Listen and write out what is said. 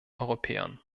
europäern